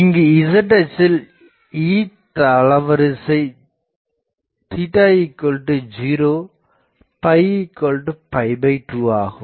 இங்கு Z அச்சில் E தளவரிசை 02 ஆகும்